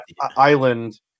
island